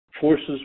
forces